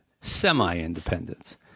semi-independence